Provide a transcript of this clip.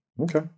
Okay